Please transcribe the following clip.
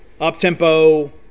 Up-tempo